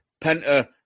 Penta